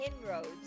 inroads